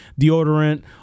deodorant